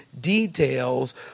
details